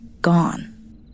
gone